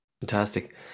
Fantastic